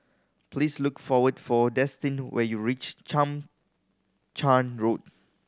please look for wait for Destin when you reach Chang Charn Road